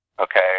Okay